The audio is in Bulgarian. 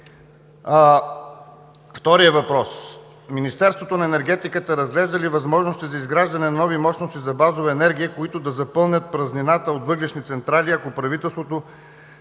Вторият въпрос: Министерството на енергетиката разглежда ли възможности за изграждане на нови мощности за базова енергия, които да запълнят празнината от въглищни централи, ако правителството